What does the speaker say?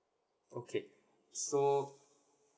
okay so